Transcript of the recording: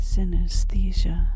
Synesthesia